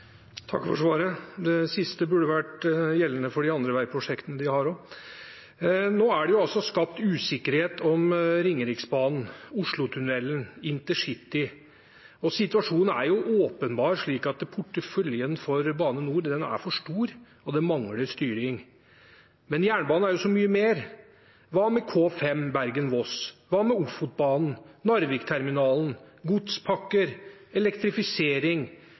for svaret. Det siste burde også vært gjeldende for de andre veiprosjektene de har. Nå er det altså skapt usikkerhet om Ringeriksbanen, Oslotunellen og intercity, og situasjonen er åpenbart slik at porteføljen for Bane NOR er for stor, og den mangler styring. Men jernbanen er så mye mer. Hva med K5 Bergen–Voss? Hva med Ofotbanen? Hva med Narvikterminalen? Hva med godspakker, elektrifisering,